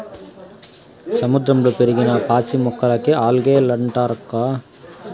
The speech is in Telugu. సముద్రంలో పెరిగిన పాసి మొక్కలకే ఆల్గే లంటారక్కా